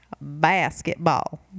basketball